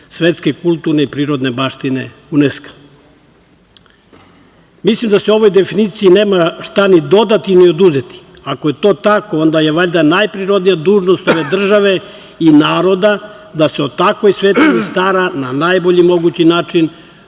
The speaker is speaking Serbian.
Svetske kulturne i prirodne baštine UNESK-a. Mislim da se ovoj definiciji nema šta ni dodati, ni oduzeti. Ako je to tako, onda je valjda najprirodnija dužnost ove države i naroda da se o takvoj svetinji stara na najbolji mogući način,